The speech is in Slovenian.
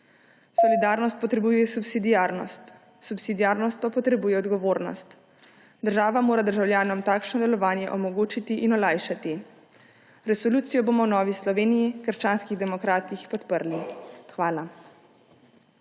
Solidarnost potrebuje subsidiarnost, subsidiarnost pa potrebuje odgovornost. Država mora državljanom takšno delovanje omogočiti in olajšati. Resolucijo bom v Novi Sloveniji − krščanskih demokratih podprli. Hvala.